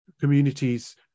communities